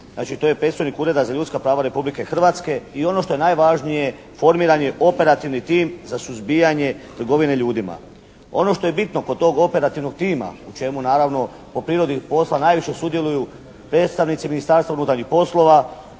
znači to je predstojnik Ureda za ljudska prava Republike Hrvatske i ono što je najvažnije, formiran je operativni tim za suzbijanje trgovine ljudima. Ono što je bitno kod tog operativnog tima u čemu naravno po prirodi posla najviše sudjeluju predstavnici Ministarstva unutarnjih poslova,